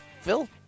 Phil